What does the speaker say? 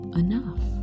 enough